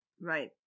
Right